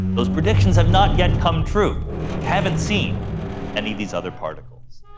those predictions have not yet come true. we haven't seen any of these other particles.